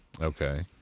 Okay